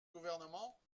gouvernement